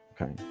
Okay